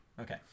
Okay